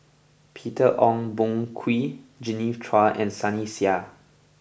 Peter Ong Boon Kwee Genevieve Chua and Sunny Sia